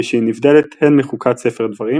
ושהיא נבדלת הן מחוקת ספר דברים